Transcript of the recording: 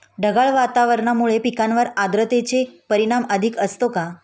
ढगाळ हवामानामुळे पिकांवर आर्द्रतेचे परिणाम अधिक असतो का?